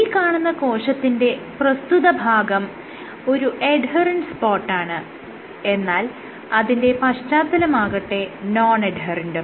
ഈ കാണുന്ന കോശത്തിന്റെ പ്രസ്തുത ഭാഗം ഒരു എഡ്ഹെറെന്റ് സ്പോട്ടാണ് എന്നാൽ അതിന്റെ പശ്ചാത്തലമാകട്ടെ നോൺ എഡ്ഹെറെന്റും